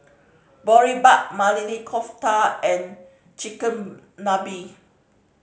Boribap Maili Kofta and Chigenabe